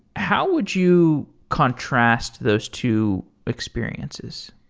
how would you contrast those two experiences?